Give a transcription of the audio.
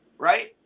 Right